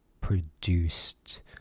produced